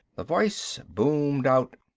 the voice boomed out.